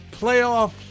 playoff